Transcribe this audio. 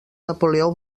napoleó